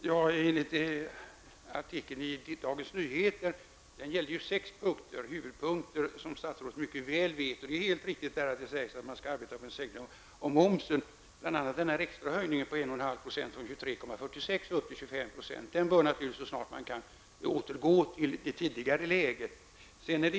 Herr talman! Artikeln i Dagens Nyheter gällde ju som statsrådet mycket väl vet sex huvudpunkter. Det är helt riktigt att det står att man skall arbeta för en sänkning av momsen. Bl.a. bör ju den extra höjningen med 1,5 % från 23,46 % till 25 % tas bort, så snart man kan återgå till det tidigare läget.